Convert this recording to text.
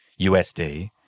USD